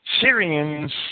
Syrians